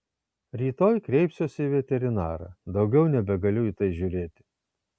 rytoj kreipsiuosi į veterinarą daugiau nebegaliu į tai žiūrėti